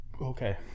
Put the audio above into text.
Okay